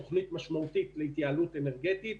לשלב תוכנית משמעותית להתייעלות אנרגטית.